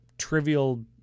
trivial